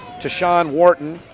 tershawn wharton,